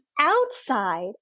outside